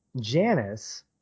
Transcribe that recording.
Janice